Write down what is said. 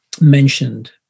mentioned